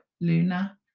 Luna